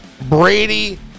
Brady